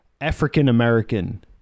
African-American